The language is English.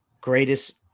greatest